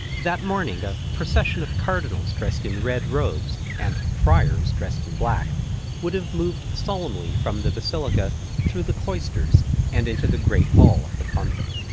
that morning a procession of cardinals dressed in red robes and friars dressed in black would have moved solemnly from the basilica through the cloisters and into the great hall of the convent.